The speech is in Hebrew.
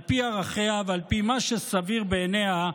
על פי ערכיה ועל פי מה שסביר בעיניה,